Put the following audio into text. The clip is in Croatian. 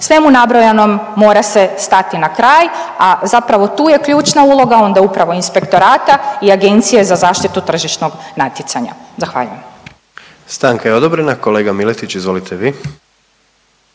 Svemu nabrojanom mora se stati na kraj, a zapravo tu je ključna uloga onda upravo inspektorata i Agencije za zaštitu tržišnog natjecanja. Zahvaljujem. **Jandroković, Gordan (HDZ)** Stanka je odobrena. Kolega Miletić izvolite vi.